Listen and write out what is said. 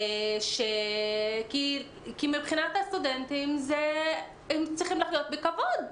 כי מבחינת הסטודנטים הם צריכים לחיות בכבוד,